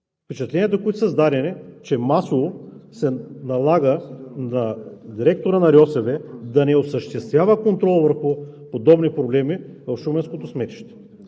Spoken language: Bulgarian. Впечатленията, които са създадени, е, че масово се налага на директора на РИОСВ да не осъществява контрол върху подобни проблеми в шуменското сметище.